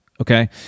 Okay